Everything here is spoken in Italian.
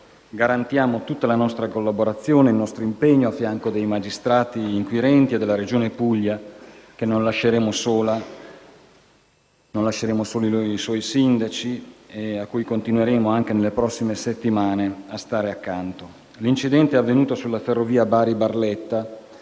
garantiamo tutta la nostra collaborazione e il nostro impegno per coadiuvare i magistrati inquirenti e la Regione Puglia, che non lasceremo sola. Non lasceremo soli i suoi sindaci, cui continueremo, anche nelle prossime settimane, a stare accanto. L'incidente è avvenuto sulla ferrovia Bari-Barletta.